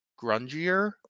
grungier